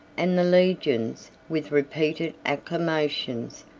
and the legions, with repeated acclamations,